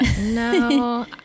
No